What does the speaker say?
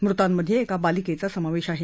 मृतांमध्ये एका बालिकेचा समावेश आहे